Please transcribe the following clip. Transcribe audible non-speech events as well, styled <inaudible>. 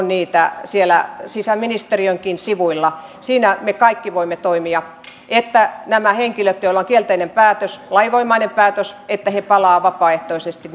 <unintelligible> niitä siellä sisäministeriönkin sivuilla siinä me kaikki voimme toimia että nämä henkilöt joilla on kielteinen lainvoimainen päätös palaavat vapaaehtoisesti <unintelligible>